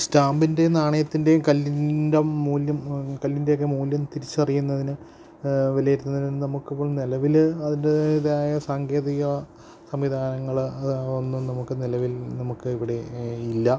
സ്റ്റാമ്പിൻ്റെ നാണയത്തിൻ്റെയും കല്ലിൻ്റ മൂല്യം അത് കല്ലിന്റെയൊക്കെ മൂല്യം തിരിച്ചറിയുന്നതിന് വിലയിരുത്തുന്നതിനു നമുക്കിപ്പോൾ നിലവില് അതിൻ്റേതായ സാങ്കേതിക സംവിധാനങ്ങള് അത് ഒന്നും നമുക്ക് നിലവിൽ നമുക്ക് ഇവിടെ ഇല്ല